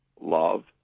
love